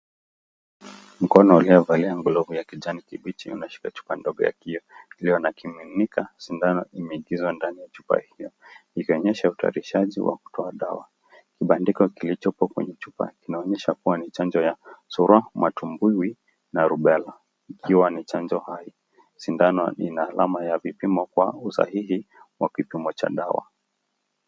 Mkono uliovalia glovu ya kijani kibichi, umeshika chupa ndogo ya kioo, iliyo na kimiminika sindano imeingizwa ndani ya chupa hiyo, ikionyesha utayarishaji wa kutoa dawa. Kibandiko kilichopo kwenye chupa kinaonyesha kuwa ni chanjo ya surua, matumbui na rubella, ikiwa ni chanjo hai. Sindano ina alama ya vipimo kwa usahihi wa kipimo cha dawa.